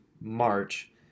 March